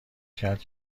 کرد